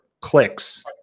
clicks